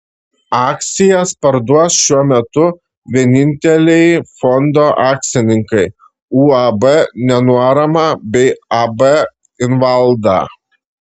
akcijas parduos šiuo metu vieninteliai fondo akcininkai uab nenuorama bei ab invalda